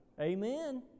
Amen